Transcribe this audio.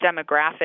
demographic